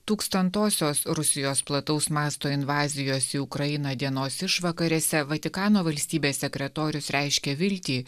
tūkstantosios rusijos plataus masto invazijos į ukrainą dienos išvakarėse vatikano valstybės sekretorius reiškia viltį